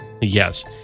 Yes